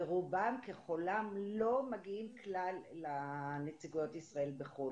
ורובם ככולם לא מגיעים כלל לנציגויות הישראליות בחוץ,